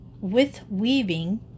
with-weaving